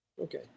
Okay